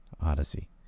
odyssey